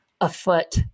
afoot